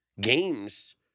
games